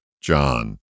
John